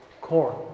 corn